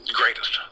greatest